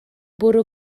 bwrw